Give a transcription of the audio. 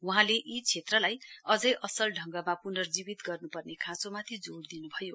वहाँले यी क्षेत्रलाई अझै असल ढंगमा पुर्नजीवित गर्न् पर्ने खाँचोमाथि जोड दिन् भयो